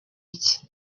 iki